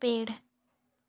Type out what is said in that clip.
पेड़